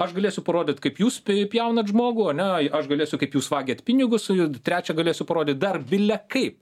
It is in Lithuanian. aš galėsiu parodyt kaip jūs pjaunat žmogų ane aš galėsiu kaip jūs vagiat pinigus trečią galėsiu parodyt dar bilekaip